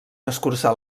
escurçar